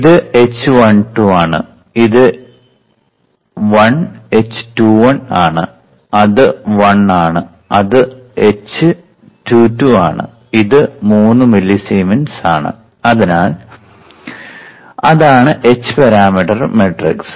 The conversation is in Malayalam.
ഇത് h12 ആണ് ഇത് 1 h21 ആണ് അത് 1 ആണ് ഇത് h22 ആണ് ഇത് 3 മില്ലിസീമെൻസ് ആണ് അതിനാൽ അതാണ് h പരാമീറ്റർ മാട്രിക്സ്